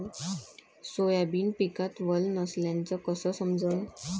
Soybean पिकात वल नसल्याचं कस समजन?